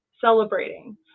celebrating